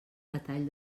batall